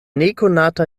nekonata